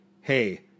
Hey